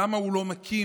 למה הוא לא מקים